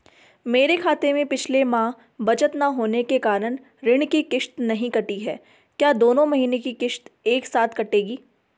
मेरे खाते में पिछले माह बचत न होने के कारण ऋण की किश्त नहीं कटी है क्या दोनों महीने की किश्त एक साथ कटेगी?